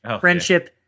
Friendship